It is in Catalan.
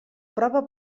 prova